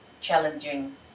challenging